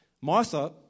Martha